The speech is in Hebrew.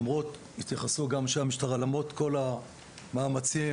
למרות כל המאמצים